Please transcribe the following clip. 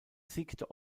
siegte